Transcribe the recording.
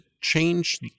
change